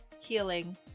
healing